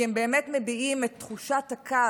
כי הם באמת מביעים את תחושת הכעס,